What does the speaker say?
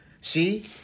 see